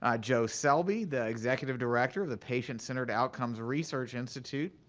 ah joe selby, the executive director of the patient-centered outcomes research institute,